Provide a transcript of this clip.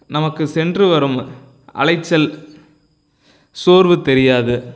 நமக்குச் சென்று வரும் அலைச்சல் சோர்வு தெரியாது